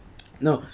no